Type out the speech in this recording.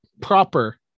proper